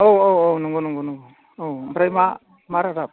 औ औ औ नंगौ नंगौ ओमफ्राय मा मा रादाब